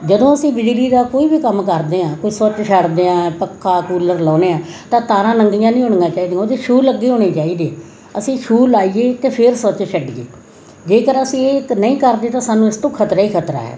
ਜਦੋਂ ਅਸੀਂ ਬਿਜਲੀ ਦਾ ਕੋਈ ਵੀ ਕੰਮ ਕਰਦੇ ਹਾਂ ਕੋਈ ਸੁੱਚ ਛੱਡਦੇ ਹਾਂ ਪੱਖਾ ਕੂਲਰ ਲਾਉਂਦੇ ਹਾਂ ਤਾਂ ਤਾਰਾਂ ਨੰਗੀਆਂ ਨਹੀਂ ਹੋਣੀਆਂ ਚਾਹੀਦੀਆਂ ਉਹਦੇ ਸ਼ੂ ਲੱਗੇ ਹੋਣੇ ਚਾਹੀਦੇ ਅਸੀਂ ਸ਼ੂ ਲਾਈਏ ਅਤੇ ਫਿਰ ਸੁੱਚ ਛੱਡੀਏ ਜੇਕਰ ਅਸੀਂ ਇਹ ਇੱਕ ਨਹੀਂ ਕਰਦੇ ਤਾਂ ਸਾਨੂੰ ਇਸ ਤੋਂ ਖ਼ਤਰੇ ਹੀ ਖ਼ਤਰਾ ਹੈ